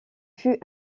fut